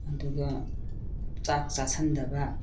ꯑꯗꯨꯒ ꯆꯥꯛ ꯆꯥꯁꯤꯟꯗꯕ